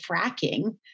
fracking